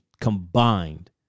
combined